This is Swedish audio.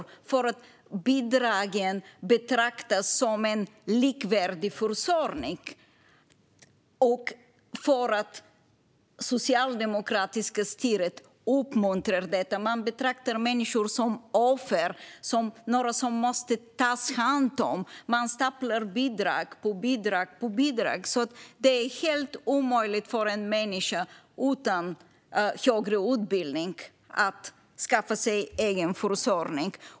Jo, för att bidragen betraktas som en likvärdig försörjning och för att det socialdemokratiska styret uppmuntrar detta. Man betraktar människor som offer, som några som måste tas om hand. Man staplar bidrag på bidrag på bidrag. Det är helt omöjligt för en människa utan högre utbildning att skaffa sig egen försörjning.